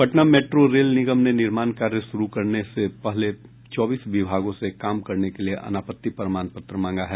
Patna metro rail निगम ने निर्माण कार्य शुरू करने से पहले चौबीस विभागों से काम करने के लिए अनापत्ति प्रमाण पत्र मांगा है